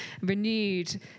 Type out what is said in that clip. renewed